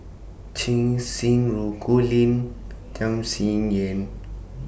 Cheng Xinru Colin Tham Sien Yen